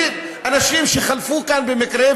אנשים שחלפו כאן במקרה,